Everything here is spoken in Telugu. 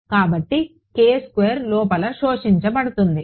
కాబట్టిలోపల శోషించబడుతుంది